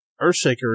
Earthshaker